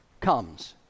comes